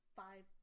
five